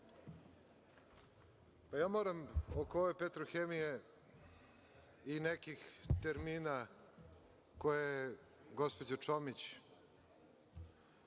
Ja moram oko ove „Petrohemije“ i nekih termina koje je gospođa Čomić,